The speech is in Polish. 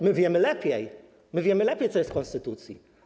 My wiemy lepiej, my wiemy lepiej, co jest w konstytucji.